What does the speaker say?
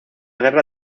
guerra